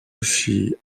aussi